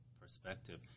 perspective